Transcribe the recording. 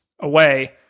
away